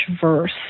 verse